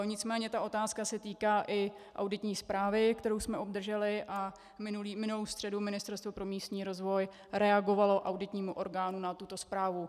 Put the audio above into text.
Nicméně ta otázka se týká i auditní zprávy, kterou jsme obdrželi, a minulou středu Ministerstvo pro místní rozvoj reagovalo auditnímu orgánu na tuto zprávu.